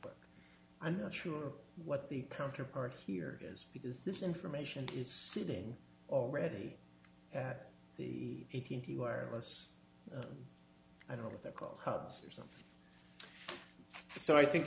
but i'm not sure what the counterpart here is because this information is sitting already at the eighteenth you are less i don't know what they're called hubs are some so i think